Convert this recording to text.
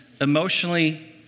emotionally